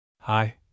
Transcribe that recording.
Hi